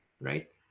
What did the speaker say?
right